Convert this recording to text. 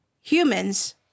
humans